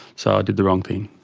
so i did the wrong thing.